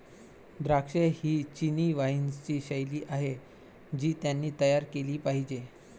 द्राक्षे ही चिनी वाइनची शैली आहे जी त्यांनी तयार केली पाहिजे